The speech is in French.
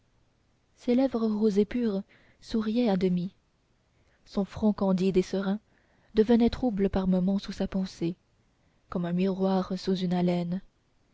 ses lèvres roses et pures souriaient à demi son front candide et serein devenait trouble par moments sous sa pensée comme un miroir sous une haleine